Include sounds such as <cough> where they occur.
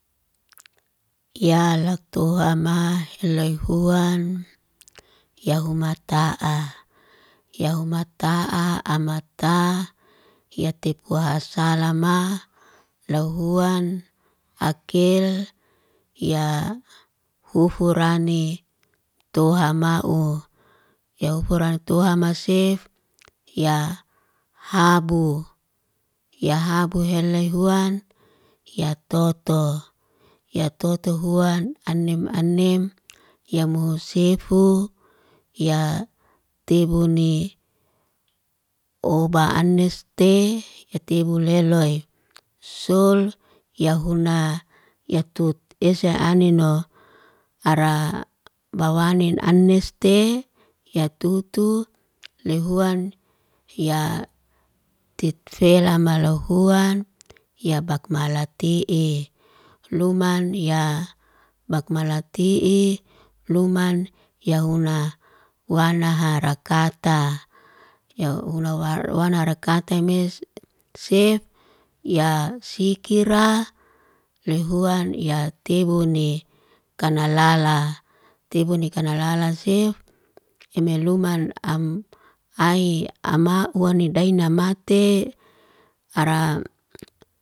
Ya lak tuhama hiloyhuan, ya huma ta'a. Ya huma ta'a ama taa. Ya tipuha salama, loy huan akil. Ya hufurani tuhama'u. Ya hufurani tuham ma sif. Ya habu. Ya habu helayhuan, ya toto. Ya toto huan, anem anem. Ya mhusifu. Ya tebu ne oba anniste, ya tebu leloy. Sul ya huna, ya tut esa anin'no ara bawanin anniste, ya tutu lehuan ya titfela maluhuan. Ya bakmalate e. Luman ya bakmalate'i, luman ya huan wana harakata. Ya wana harakate mes <hesitation> sif, ya sikira lehuan, ya tebu ni kanalala. Tebu ni kanalala sif, ime luman am hy ama uanni daina mate aram. <hesitation>